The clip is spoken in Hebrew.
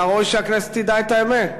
מן הראוי שהכנסת תדע את האמת.